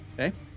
Okay